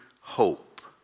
hope